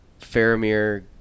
Faramir